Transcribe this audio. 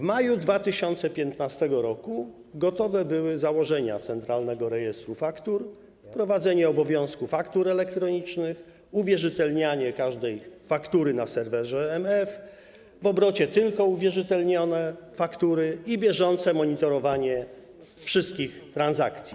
W maju 2015 r. gotowe były założenia Centralnego Rejestru Faktur: wprowadzenie obowiązku faktur elektronicznych, uwierzytelnianie każdej faktury na serwerze MF - w obrocie tylko uwierzytelnione faktury - i bieżące monitorowanie wszystkich transakcji.